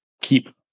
keep